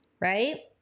right